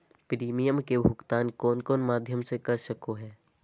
Premium के भुक्तान कौन कौन माध्यम से कर सको है?